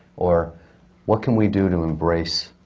or what can we do to embrace